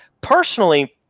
Personally